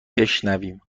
بشنویم